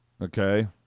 Okay